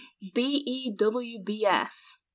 B-E-W-B-S